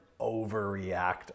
overreact